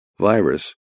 virus